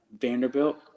Vanderbilt